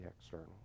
external